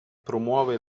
promuove